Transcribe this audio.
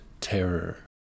terror